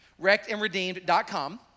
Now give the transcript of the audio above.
Wreckedandredeemed.com